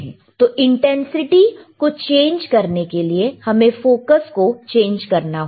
तो इंटेंसिटी को चेंज करने के लिए हमें फोकस को चेंज करना होगा